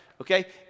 Okay